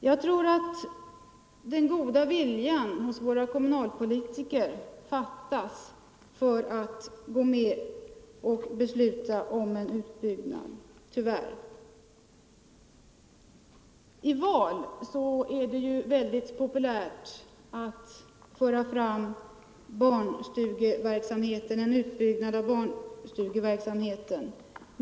Jag tror att den goda viljan hos våra kommunalpolitiker tyvärr fattas när det gäller att besluta om en utbyggnad. I valtider är det ju mycket populärt att föra fram förslag om en utbyggnad av barnstugeverksamheten.